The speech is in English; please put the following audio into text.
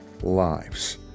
lives